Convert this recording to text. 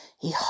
He